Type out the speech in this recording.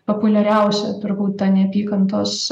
populiariausia turbūt ta neapykantos